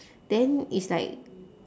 then it's like